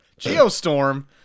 Geostorm